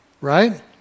right